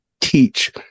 teach